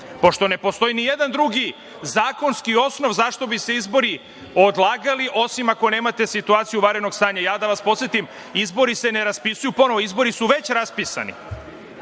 pošto ne postoji nijedan drugi zakonski osnov zašto bi se izbori odlagali, osim ako nemate situaciju vanrednog stanja. Da vas podsetim - izbori se ne raspisuju ponovo. Izbori su već raspisani.